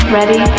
Ready